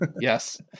yes